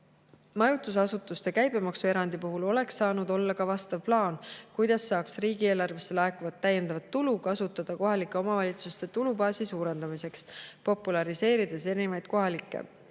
"Majutusasutuste käibemaksuerandi puhul oleks saanud olla ka vastav plaan, kuidas saaks riigieelarvesse laekuvat täiendavat tulu kasutada kohalike omavalitsuste tulubaasi suurendamiseks. Populariseerides erinevaid kohalikke